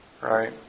Right